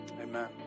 Amen